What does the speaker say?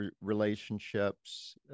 relationships